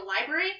library